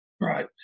Right